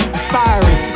Inspiring